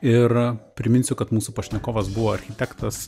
ir priminsiu kad mūsų pašnekovas buvo architektas